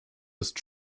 ist